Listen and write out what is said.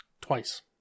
Twice